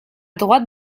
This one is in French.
droite